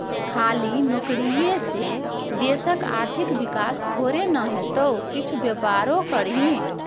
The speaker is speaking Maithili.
खाली नौकरीये से देशक आर्थिक विकास थोड़े न हेतै किछु बेपारो करही